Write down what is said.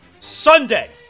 Sunday